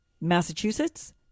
Massachusetts